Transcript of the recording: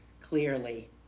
clearly